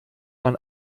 man